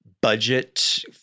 budget